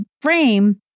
frame